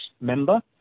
member